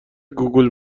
گوگول